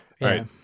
Right